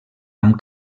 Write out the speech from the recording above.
amb